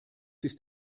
ist